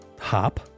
hop